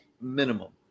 minimum